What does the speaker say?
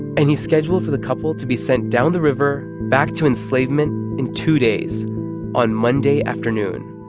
and he scheduled for the couple to be sent down the river back to enslavement in two days on monday afternoon